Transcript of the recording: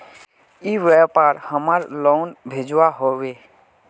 ई व्यापार हमार लोन भेजुआ हभे?